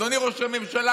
אדוני ראש הממשלה,